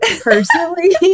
personally